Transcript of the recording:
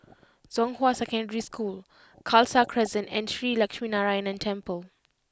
Zhonghua Secondary School Khalsa Crescent and Shree Lakshminarayanan Temple